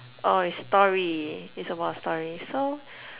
oh is story it's about a story so